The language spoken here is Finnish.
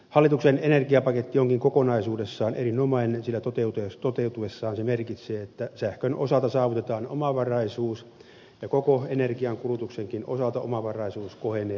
hallituksen energiapaketti onkin kokonaisuudessaan erinomainen sillä toteutuessaan se merkitsee että sähkön osalta saavutetaan omavaraisuus ja koko energian kulutuksenkin osalta omavaraisuus kohenee oleellisesti